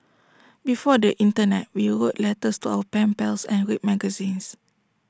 before the Internet we wrote letters to our pen pals and read magazines